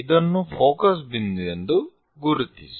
ಇದನ್ನು ಫೋಕಸ್ ಬಿಂದು ಎಂದು ಗುರುತಿಸಿ